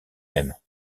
mêmes